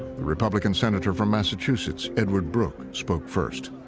the republican senator from massachusetts, edward brooke, spoke first.